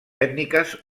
ètniques